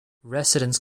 resident